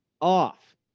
off